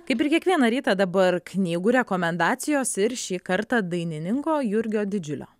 kaip ir kiekvieną rytą dabar knygų rekomendacijos ir šį kartą dainininko jurgio didžiulio